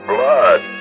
Blood